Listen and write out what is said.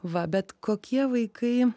va bet kokie vaikai